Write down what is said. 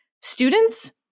students